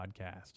podcast